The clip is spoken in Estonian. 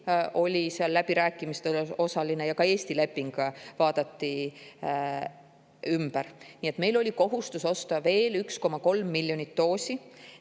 oli seal läbirääkimistes osaline ja ka Eesti leping vaadati ümber. Meil oli kohustus osta veel 1,3 miljonit doosi,